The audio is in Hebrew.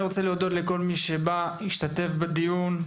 אני רוצה להודות לכל מי שבא להשתתף בדיון.